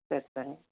சரி சரி